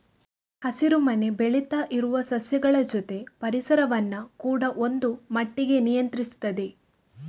ಹಸಿರು ಮನೆ ಬೆಳೀತಾ ಇರುವ ಸಸ್ಯಗಳ ಜೊತೆ ಪರಿಸರವನ್ನ ಕೂಡಾ ಒಂದು ಮಟ್ಟಿಗೆ ನಿಯಂತ್ರಿಸ್ತದೆ